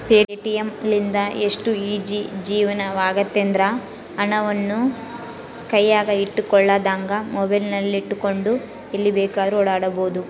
Paytm ಲಿಂದ ಎಷ್ಟು easy ಜೀವನವಾಗೆತೆಂದ್ರ, ಹಣವನ್ನು ಕೈಯಗ ಇಟ್ಟುಕೊಳ್ಳದಂಗ ಮೊಬೈಲಿನಗೆಟ್ಟುಕೊಂಡು ಎಲ್ಲಿ ಬೇಕಾದ್ರೂ ಓಡಾಡಬೊದು